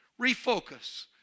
Refocus